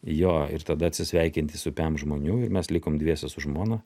jo ir tada atsisveikinti su pem žmonių ir mes likom dviese su žmona